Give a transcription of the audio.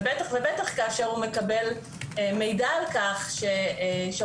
בטח ובטח כאשר הוא מקבל מידע על כך שאותו